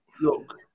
look